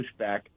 pushback